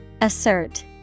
Assert